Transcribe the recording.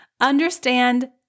understand